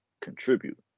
contribute